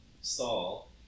stall